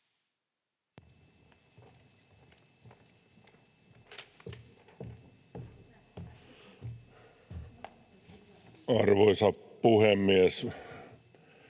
Arvoisa puhemies!